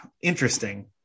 interesting